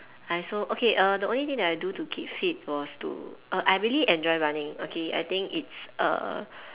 I also okay err the only thing that I do to keep fit was to err I really enjoy running okay I think it's err